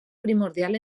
primordial